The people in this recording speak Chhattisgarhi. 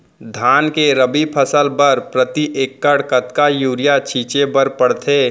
धान के रबि फसल बर प्रति एकड़ कतका यूरिया छिंचे बर पड़थे?